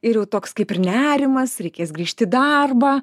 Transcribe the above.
ir jau toks kaip ir nerimas reikės grįžt į darbą